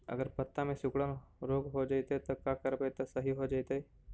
अगर पत्ता में सिकुड़न रोग हो जैतै त का करबै त सहि हो जैतै?